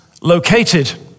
located